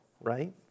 right